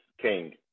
king